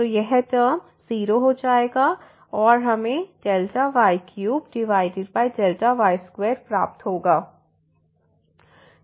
तो यह टर्म 0 हो जाएगा और हमें y3y2 प्राप्त होगा